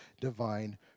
divine